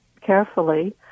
carefully